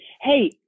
Hey